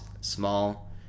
small